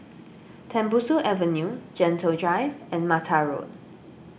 Tembusu Avenue Gentle Drive and Mata Road